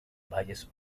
valles